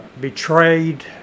betrayed